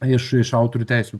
iš iš autorių teisių